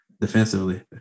defensively